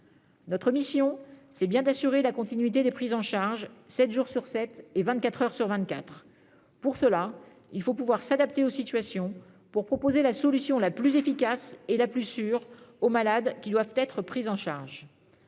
Notre mission est bien d'assurer la continuité des prises en charge, sept jours sur sept et vingt-quatre heures sur vingt-quatre. Pour cela, il faut pouvoir s'adapter aux situations afin de proposer la solution la plus efficace et la plus sûre aux malades qui doivent être pris en charge.